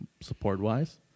support-wise